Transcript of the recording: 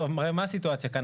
הרי מה הסיטואציה כאן?